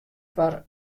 foar